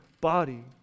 body